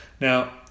Now